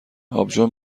آبجو